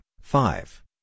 five